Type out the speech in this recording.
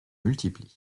multiplient